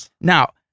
Now